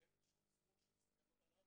אין שום סימון של סכנות עליו,